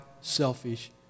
selfish